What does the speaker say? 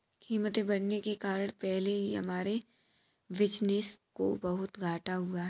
कीमतें बढ़ने के कारण पहले ही हमारे बिज़नेस को बहुत घाटा हुआ है